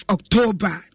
October